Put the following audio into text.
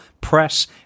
press